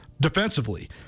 defensively